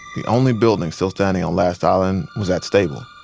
the only building still standing on last island was that stable.